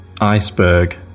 iceberg